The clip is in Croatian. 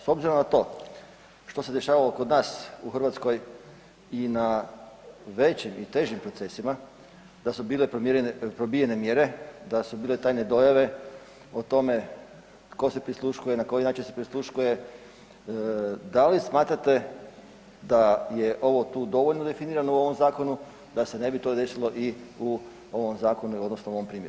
S obzirom na to što se dešavalo kod nas u Hrvatskoj i na većim i težim procesima da su probijene mjere, da su bile tajne dojave o tome tko se prisluškuje, na koji način se prisluškuje, da li smatrate da je ovo tu dovoljno definirano u ovom zakonu da se ne bi to desilo i u ovom zakonu odnosno u ovom primjeru.